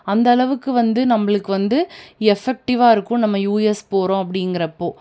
அந்தளவுக்கு வந்து நம்மளுக்கு வந்து எஃபெக்டிவாக இருக்கும் நம்ம யுஎஸ் போகிறோம் அப்படிங்கிறப்போ